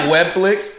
Webflix